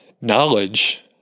knowledge